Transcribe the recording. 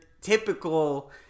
typical